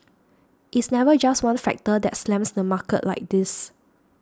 it's never just one factor that slams the market like this